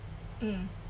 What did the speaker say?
mm